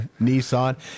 Nissan